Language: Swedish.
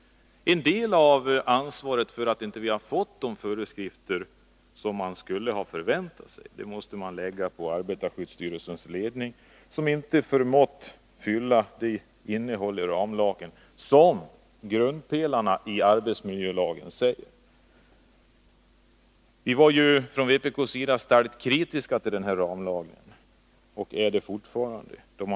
En del av ansvaret för att vi inte har fått de föreskrifter som man hade förväntat sig måste läggas på arbetarskyddsstyrelsens ledning. Den har inte förmått fylla ramlagen med det innehåll som svarar mot grundpelarna i arbetsmiljölagen. Vi från vpk har varit starkt kritiska till denna ramlag, och det är vi fortfarande.